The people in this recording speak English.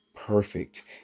perfect